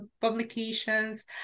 publications